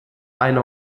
eine